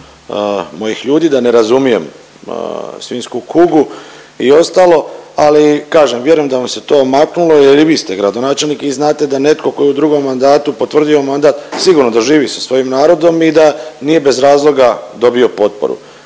mojih ljudi, da ne razumijem svinjsku kugu i ostalo, ali kažem vjerujem da vam se to omaknulo jer i vi ste gradonačelnik i znate da netko tko je u drugom mandatu potvrdio mandat sigurno da živi sa svojim narodom i da nije bez razloga dobio potporu.